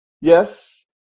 Yes